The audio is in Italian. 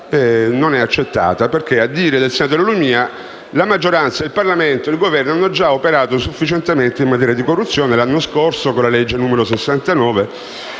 viene accettata perché, sempre secondo il senatore Lumia, la maggioranza, il Parlamento e il Governo hanno già operato sufficientemente in materia di corruzione lo scorso anno con la legge n. 69,